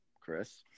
Chris